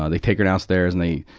ah they take her downstairs and they,